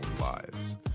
lives